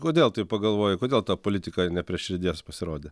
kodėl taip pagalvojai kodėl ta politika ne prie širdies pasirodė